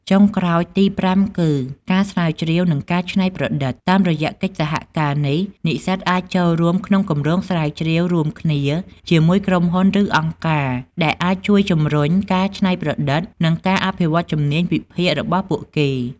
ចុងក្រោយទីប្រាំគឺ ការស្រាវជ្រាវ និងការច្នៃប្រឌិត តាមរយៈកិច្ចសហការនេះ និស្សិតអាចចូលរួមក្នុងគម្រោងស្រាវជ្រាវរួមគ្នាជាមួយក្រុមហ៊ុន ឬអង្គការ ដែលអាចជួយជំរុញការច្នៃប្រឌិត និងការអភិវឌ្ឍជំនាញវិភាគរបស់ពួកគេ។